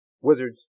Wizards